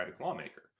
lawmaker